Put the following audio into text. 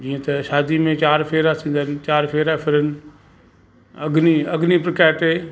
जीअं त शादी में चारि फेरा थींदा आहिनि चारि फेरा फिरनि अग्नि अग्नि प्रकट ते